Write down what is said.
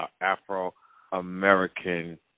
Afro-American